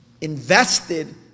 invested